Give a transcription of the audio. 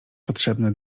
potrzebne